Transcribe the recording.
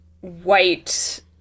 white